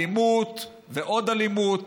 אלימות ועוד אלימות,